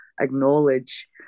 acknowledge